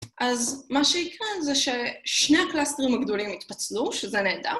אז מה שיקרה זה ששני הקלסטרים הגדולים התפצלו, שזה נהדר